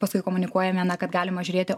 paskui komunikuojame na kad galima žiūrėti